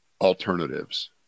alternatives